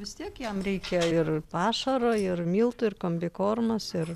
vis tiek jiem reikia ir pašaro ir miltų ir kombikormos ir